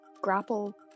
grapple